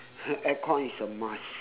air con is a must